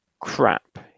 crap